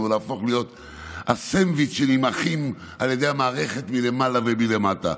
להפוך להיות הסנדוויצ'ים שנמעכים על ידי המערכת מלמעלה ומלמטה.